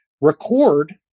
record